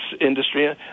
industry